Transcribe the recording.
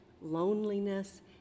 loneliness